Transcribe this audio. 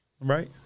right